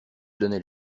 donnais